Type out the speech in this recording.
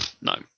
No